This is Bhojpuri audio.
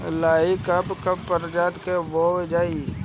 लाही की कवन प्रजाति बोअल जाई?